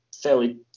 fairly